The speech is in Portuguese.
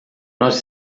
nós